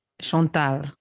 Chantal